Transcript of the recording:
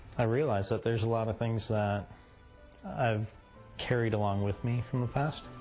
i realize that there's a lot of things that i've carried along with me from the past.